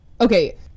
Okay